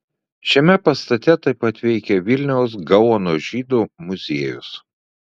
šiame pastate taip pat veikia vilniaus gaono žydų muziejus